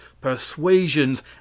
persuasions